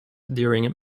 during